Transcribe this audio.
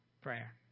prayer